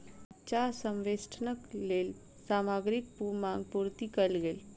चाह संवेष्टनक लेल सामग्रीक मांग पूर्ति कयल गेल